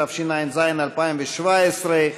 התשע"ז 2017,